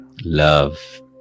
Love